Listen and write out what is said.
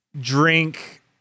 drink